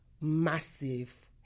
massive